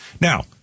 Now